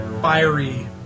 fiery